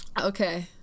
Okay